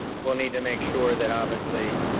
we'll need to make sure that obviously,